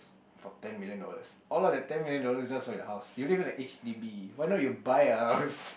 for ten million dollars out of that ten million dollars just for your house you live in a h_d_b why not you buy a house